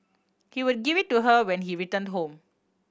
he would give it to her when he returned home